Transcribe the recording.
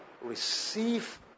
receive